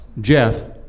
Jeff